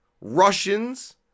Russians